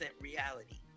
reality